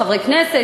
חברי כנסת,